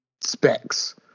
specs